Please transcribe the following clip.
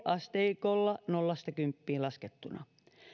asteikolla nollasta kymppiin laskettuna